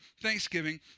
Thanksgiving